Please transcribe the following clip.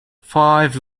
five